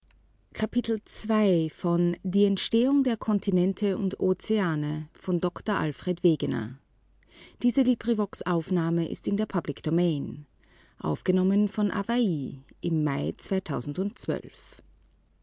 die entstehung der kontinente und ozeane by alfred wegener